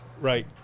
right